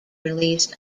released